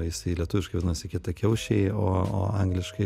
jisai lietuviškai vadinasi kietakiaušiai o angliškai